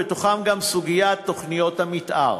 ובתוכו גם סוגיית תוכניות המתאר.